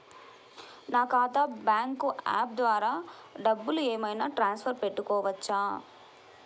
నా ఖాతా bank app ద్వారా డబ్బులు ఏమైనా ట్రాన్స్ఫర్ పెట్టుకోవచ్చా?